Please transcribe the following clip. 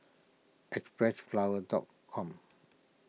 Xpressflower dot com